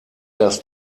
das